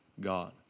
God